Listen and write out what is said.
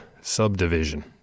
subdivision